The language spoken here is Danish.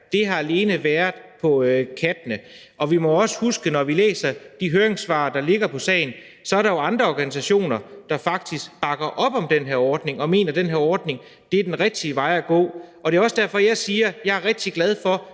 her alene har været på kattene. Vi må også huske, når vi læser de høringssvar, der ligger på sagen, at der er andre organisationer, der faktisk bakker op om den her ordning og mener, at den her ordning er den rigtige vej at gå. Det er også derfor, jeg siger, at jeg er rigtig glad for,